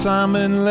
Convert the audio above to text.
Simon